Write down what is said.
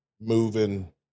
moving